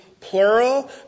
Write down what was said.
plural